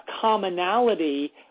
commonality